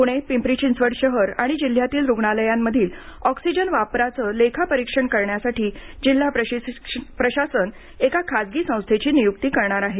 पुणे पिंपरी चिंचवड शहर आणि जिल्ह्यातील रुग्णालयांमधील ऑक्सिजन वापराचं लेखा परीक्षण करण्यासाठी जिल्हा प्रशासन एका खासगी संस्थेची नियुक्ती करणार आहे